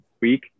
week